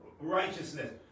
righteousness